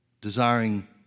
desiring